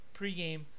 pregame